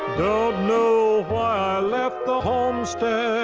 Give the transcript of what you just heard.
know why i left the homestead.